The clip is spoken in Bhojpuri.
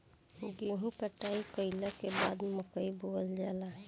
गेहूं के खेती कटाई कइला के बाद मकई के बोअल जाला